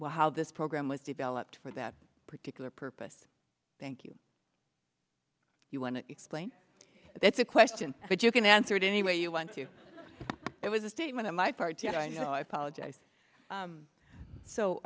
well how this program was developed for that particular purpose thank you you want to explain that's a question but you can answer it any way you want to it was a statement on my part that i know i